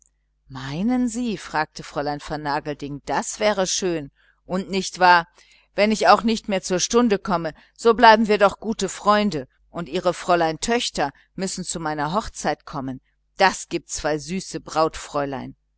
meinen sie fragte fräulein vernagelding das wäre schön und nicht wahr wenn ich auch nicht mehr zur stunde komme bleiben wir doch gute freunde und ihre fräulein töchter müssen zu meiner hochzeit kommen das gibt zwei süße brautfräulein